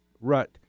rut